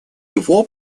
его